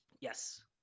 Yes